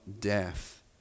death